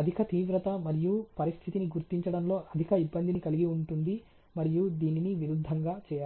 అధిక తీవ్రత మరియు పరిస్థితిని గుర్తించడంలో అధిక ఇబ్బందిని కలిగి ఉంటుంది మరియు దీనికి విరుద్ధంగా చేయాలి